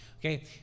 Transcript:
okay